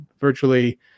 Virtually